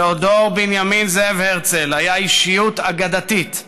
תאודור בנימין זאב הרצל היה אישיות אגדתית,